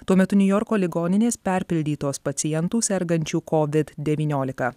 tuo metu niujorko ligoninės perpildytos pacientų sergančių covid devyniolika